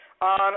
on